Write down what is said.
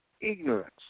Ignorance